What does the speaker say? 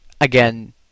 Again